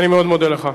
אני מאוד מודה לך.